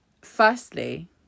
Firstly